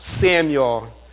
Samuel